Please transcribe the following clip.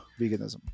veganism